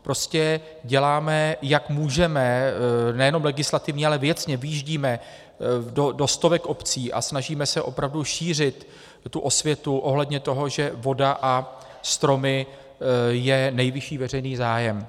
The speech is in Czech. Prostě děláme, jak můžeme, nejenom legislativně, ale věcně, vyjíždíme do stovek obcí a snažíme se opravdu šířit osvětu ohledně toho, že voda a stromy je nejvyšší veřejný zájem.